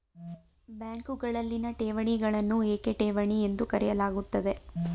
ಬ್ಯಾಂಕುಗಳಲ್ಲಿನ ಠೇವಣಿಗಳನ್ನು ಏಕೆ ಠೇವಣಿ ಎಂದು ಕರೆಯಲಾಗುತ್ತದೆ?